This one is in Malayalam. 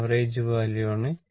ആവറേജ് വാല്യൂ ആണ്